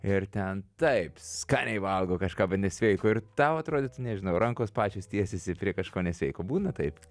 ir ten taip skaniai valgo kažką nesveiko ir tau atrodytų nežinau rankos pačios tiesiasi prie kažko nesveiko būna taip